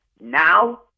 Now